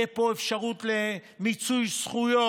תהיה פה אפשרות למיצוי זכויות.